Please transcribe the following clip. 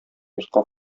йортка